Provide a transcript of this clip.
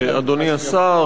אדוני השר,